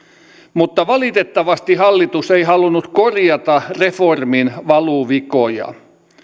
mutta valitettavasti hallitus ei halunnut korjata reformin valuvikoja